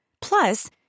Plus